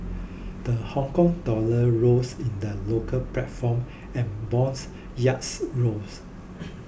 the Hong Kong dollar rose in the local platform and bonds yields rose